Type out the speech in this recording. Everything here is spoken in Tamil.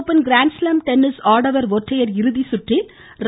ஓப்பன் கிராண்ட்ஸ்லாம் டென்னிஸ் ஆடவர் ஒற்றையர் இறுதி ஆட்டத்தில் ர